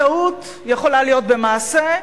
טעות יכולה להיות במעשה,